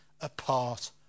apart